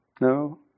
No